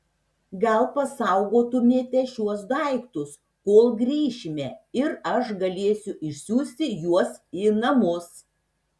gal pasaugotumėte šiuos daiktus kol grįšime ir aš galėsiu išsiųsti juos į namus